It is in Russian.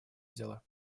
дела